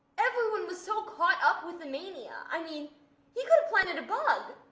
everyone was so caught up with the mania. i mean he could have planted a bomb.